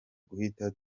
guhita